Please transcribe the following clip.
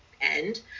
end